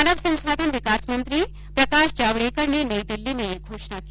मानव संसाधन विकास मंत्री प्रकाश जावड़ेकर ने नई दिल्ली में ये घोषणा की